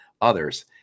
others